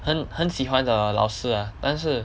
很很喜欢的老师 ah 但是